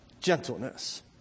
gentleness